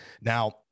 Now